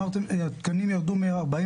התקנים ירדו מ-40,